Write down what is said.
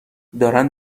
دارن